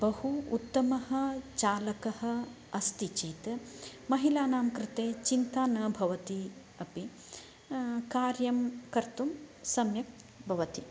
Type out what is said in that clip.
बहु उत्तमः चालकः अस्ति चेत् महिलानां कृते चिन्ता न भवति अपि कार्यं कर्तुं सम्यक् भवति